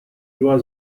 was